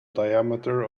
diameter